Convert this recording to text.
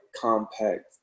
compact